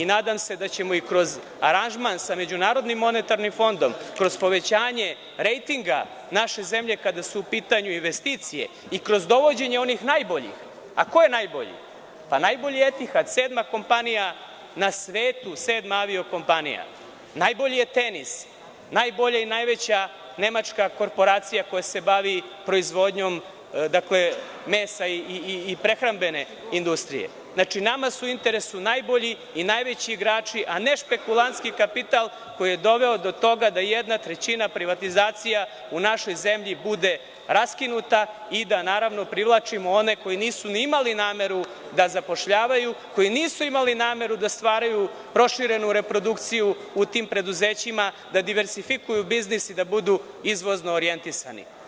Nadam se da će kroz aranžman sa MMF, kroz povećanje rejtinga naše zemlje kada su u pitanju investicije i kroz dovođenje onih najboljih, a ko je najbolji, pa, najbolji je „Etihad“, sedma kompanija na svetu, najbolji je tenis, najbolja i najveća nemačka korporacija koja se bavi proizvodnjom mesa i prehrambene industrije, što znači da su nama u interesu najbolji i najveći igrači, a ne spekulantski kapital koji je doveo do toga da jedna trećina privatizacija u našoj zemlji bude raskinuta i da, naravno, privlačimo one koji nisu ni imali nameru da zapošljavaju, koji nisu imali nameru da stvaraju proširenu reprodukciju u tim preduzećima, da diversifikuju biznis i da budu izvozno orijentisani.